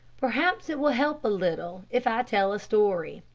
perhaps it will help a little if i tell a story.